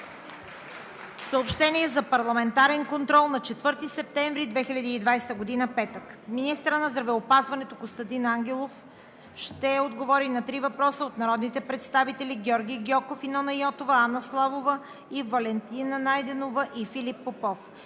Съобщение за парламентарен контрол на 4 септември 2020 г., петък: 1. Министърът на здравеопазването Костадин Ангелов ще отговори на три въпроса от народните представители Георги Гьоков и Нона Йотова; Анна Славова; и Валентина Найденова и Филип Попов.